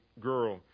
girl